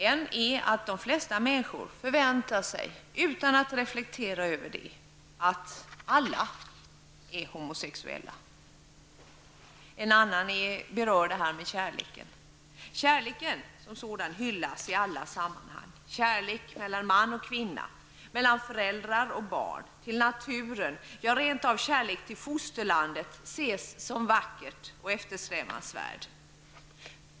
En fördom är att de flesta människor förväntar sig, utan att reflektera över det, att alla är heterosexuella. En annan fördom berör kärleken. Kärleken hyllas i alla sammanhang. Kärlek mellan man och kvinna, mellan föräldrar och barn, till naturen, ja, rent av kärlek till fosterlandet ses som vacker och eftersträvansvärd.